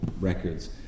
records